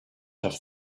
have